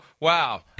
wow